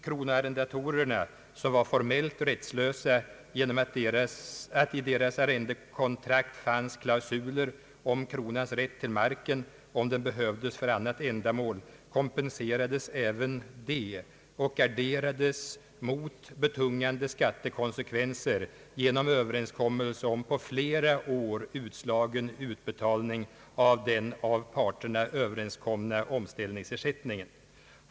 Kronoarrendatorerna, som var formellt rättslösa genom att i deras arrendekontrakt fanns klausuler om kronans rätt till marken om den behövdes för annat ändamål, kompenserades även de och garderades mot betungande skattekonsekvenser genom överenskommelse om på flera år utslagen utbetalning av den av parterna överenskomna omställningsersättningen.